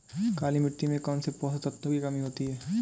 काली मिट्टी में कौनसे पोषक तत्वों की कमी होती है?